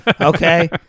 okay